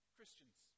Christians